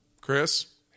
Chris